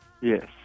Yes